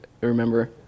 remember